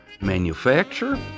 manufacture